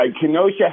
Kenosha